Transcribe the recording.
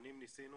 שנים ניסינו